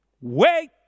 wait